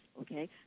okay